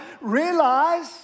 realize